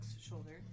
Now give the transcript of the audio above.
shoulder